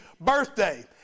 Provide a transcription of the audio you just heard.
birthday